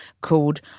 called